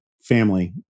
family